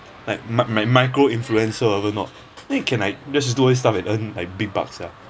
like mi~ mi~ microinfluencer whatever not then you can like just do this stuff and earn like big bucks sia